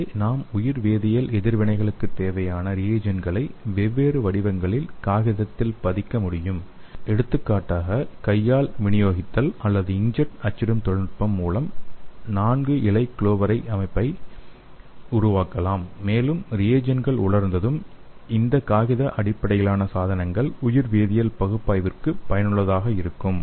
இங்கே நாம் உயிர் வேதியியல் எதிர்வினைகளுக்குத் தேவையான ரியேஜன்ட்களை வெவ்வேறு வடிவங்களில் காகிதத்தில் பதிக்க முடியும் எடுத்துக்காட்டாக கையால் விநியோகித்தல் அல்லது இன்க்ஜெட் அச்சிடும் தொழில்நுட்பம் மூலம் நான்கு இலை க்ளோவரை அமைப்பை உருவாக்கலாம் மேலும் ரியேஜன்ட்கள் உலர்ந்த்தும் இந்த காகித அடிப்படையிலான சாதனங்கள் உயிர் வேதியியல் பகுப்பாய்விற்கு பயனுள்ளதாக இருக்கும்